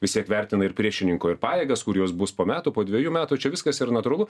vis tiek vertina ir priešininko ir pajėgas kur jos bus po metų po dvejų metų čia viskas yra natūralu